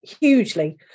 hugely